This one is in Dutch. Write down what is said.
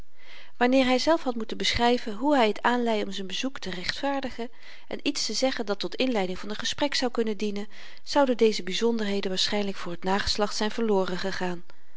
wanneer hyzelf had moeten beschryven hoe hy t aanlei om z'n bezoek te rechtvaardigen en iets te zeggen dat tot inleiding van n gesprek zou kunnen dienen zouden deze byzonderheden waarschynlyk voor t nageslacht zyn verloren gegaan